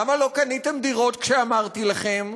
למה לא קניתם דירות כשאמרתי לכם?